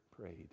prayed